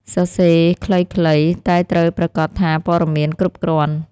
សរសេរខ្លីៗ តែត្រូវប្រាកដថាព័ត៌មានគ្រប់គ្រាន់។